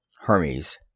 Hermes